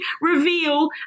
reveal